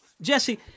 Jesse